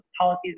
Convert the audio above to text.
policies